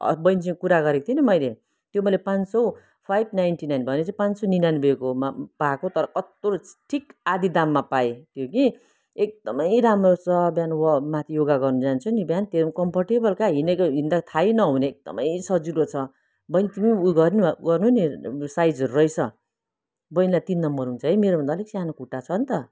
बहिनीसँग कुरा गरेको थिएँ नि मैले त्यो मैले पाँच सय फाइब नाइन्टी नाइन भनेपछि पाँच सय निनानब्बेकोमा पाएको तर कस्तो ठिक आधा दाममा पाएँ त्यो कि एकदमै राम्रो छ बिहान वा माथि योगा गर्नु जान्छु नि बिहान त्यो पनि कम्फोर्टेबल क्या हिँडेको हिँड्दा थाहै नहुने एकदमै सजिलो छ बहिनी तिमी पनि उ गर्नु गर्नु नि साइजहरू रहेछ बहिनीलाई तिन नम्बर हुन्छ है मेरोभन्दा अलिक सानो खुट्टा छ नि त